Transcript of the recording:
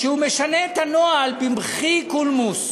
שהוא משנה את הנוהל במחי קולמוס.